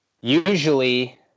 Usually